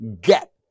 get